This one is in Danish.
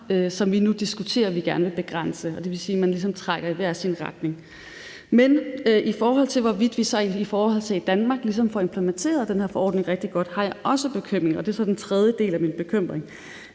som vi nu diskuterer, vi gerne vil begrænse, og det vil sige, at man ligesom trækker i hver sin retning. Men i forhold til hvorvidt vi så får implementeret den her forordning i Danmark rigtig godt, har jeg også en bekymring, og det er så den tredje del af min bekymring,